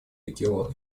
регионы